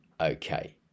Okay